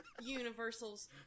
Universal's